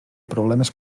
problemes